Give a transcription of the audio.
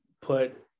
put